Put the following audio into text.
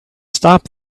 stop